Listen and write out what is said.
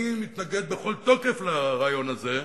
אני מתנגד בכל תוקף לרעיון הזה,